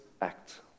act